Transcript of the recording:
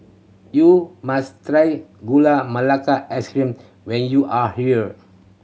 you must try Gula Melaka Ice Cream when you are here